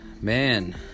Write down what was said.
man